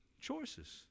choices